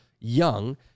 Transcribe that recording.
young